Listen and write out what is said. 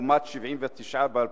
לעומת 79 ב-2009.